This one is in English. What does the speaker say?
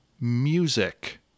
music